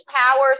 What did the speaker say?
powers